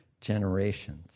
generations